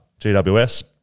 GWS